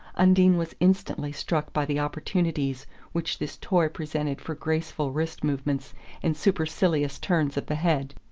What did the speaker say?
undine was instantly struck by the opportunities which this toy presented for graceful wrist movements and supercilious turns of the head.